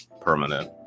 permanent